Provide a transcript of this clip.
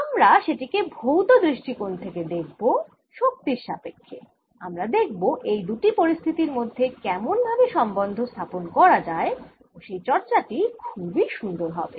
আমরা সেটি কে ভৌত দৃষ্টিকোণ দিয়ে দেখব শক্তির সাপেক্ষ্যে আমরা দেখব এই দুটি পরিস্থিতির মধ্যে কেমন ভাবে সম্বন্ধস্থাপন করা যায় ও সেই চর্চা টি খুবই সুন্দর হবে